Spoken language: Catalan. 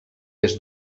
des